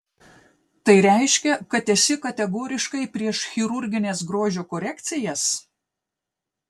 tai reiškia kad esi kategoriškai prieš chirurgines grožio korekcijas